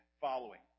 following